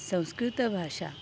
संस्कृतभाषा